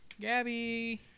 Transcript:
Gabby